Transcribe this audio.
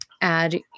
add